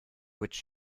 which